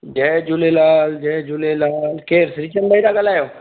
जय झूलेलाल जय झूलेलाल केरु श्रीचंद भाई था ॻाल्हायो